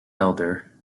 elder